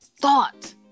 thought